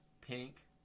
Pink